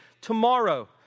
Tomorrow